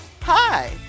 Hi